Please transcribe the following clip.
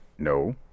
no